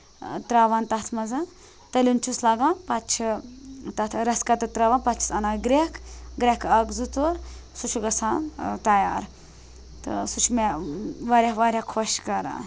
تراوان تَتھ مَنز تٔلیُن چُھس لَگان پَتہٕ چھِ تَتھ رَس قطرٕ تراوان پَتہٕ چھِس اَنان گرٮ۪کھ گرٮ۪کھ اَکھ زٕ ژور سُہ چھُ گَژھان تیار تہٕ سُہ چھُ مےٚ واریاہ واریاہ خۄش کَران